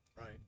Right